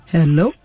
Hello